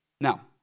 Now